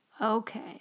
Okay